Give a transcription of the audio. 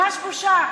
ממש בושה.